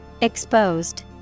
Exposed